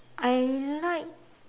I like